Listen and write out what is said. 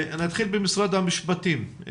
נתחיל במשרד המשפטים.